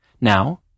Now